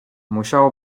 musiało